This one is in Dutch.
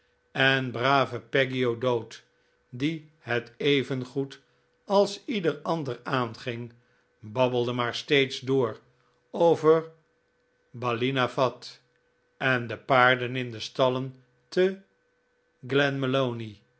en brave peggy o'dowd die het evengoed als ieder ander aanging babbelde maar steeds door over ballinafad en de paarden in de stallen te